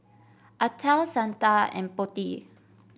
Atal Santha and Potti